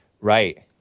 Right